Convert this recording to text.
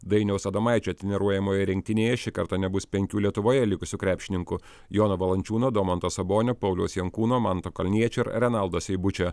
dainiaus adomaičio treniruojamoje rinktinėje šį kartą nebus penkių lietuvoje likusių krepšininkų jono valančiūno domanto sabonio pauliaus jankūno manto kalniečio ir renaldo seibučio